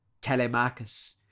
Telemachus